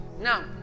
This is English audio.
Now